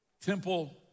temple